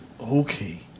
okay